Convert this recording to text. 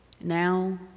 now